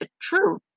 true